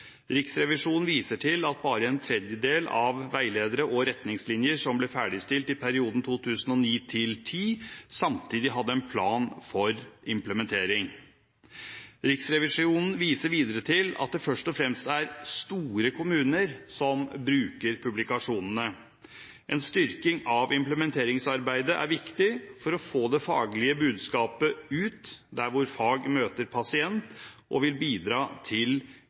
Riksrevisjonen viser til at bare en tredjedel av de veiledere og retningslinjer som ble ferdigstilt i perioden 2009–2010, samtidig hadde en plan for implementering. Riksrevisjonen viser videre til at det først og fremst er store kommuner som bruker publikasjonene. En styrking av implementeringsarbeidet er viktig for å få det faglige budskapet ut dit hvor fag møter pasient, og vil bidra til